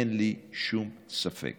אין לי שום ספק